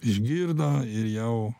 išgirdo ir jau